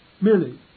merely